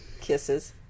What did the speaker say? kisses